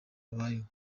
abayeho